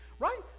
Right